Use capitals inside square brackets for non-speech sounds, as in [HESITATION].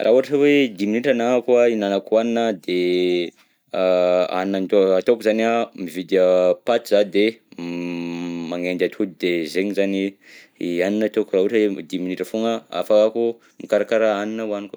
Raha ohatra hoe dimy minitra anagnako ihinanako hanina de [HESITATION] hanina atao- ataoko zany an mividy [HESITATION] paty za de [HESITATION] magnendy atody de zegny zany i hanigna ataoko raha ohatra hoe dimy minitra foagna ahafahako mikarakara hanina ohaniko.